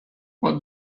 what